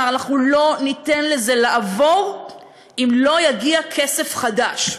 אמר: אנחנו לא ניתן לזה לעבור אם לא יגיע כסף חדש.